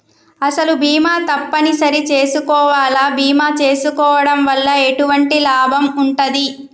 అసలు బీమా తప్పని సరి చేసుకోవాలా? బీమా చేసుకోవడం వల్ల ఎటువంటి లాభం ఉంటది?